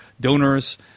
donors